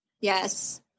Yes